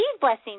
blessings